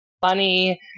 funny